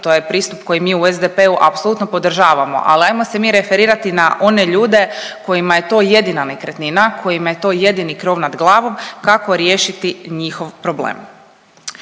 to je pristup koji mi u SDP-u apsolutno podržavamo, al ajmo se mi referirati na one ljude kojima je to jedina nekretnina, kojima je to jedini krov nad glavom kako riješiti njihov problem.